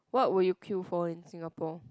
what would you queue for in Singapore